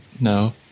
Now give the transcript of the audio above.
No